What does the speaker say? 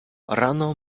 rano